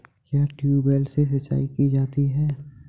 क्या ट्यूबवेल से सिंचाई की जाती है?